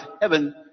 heaven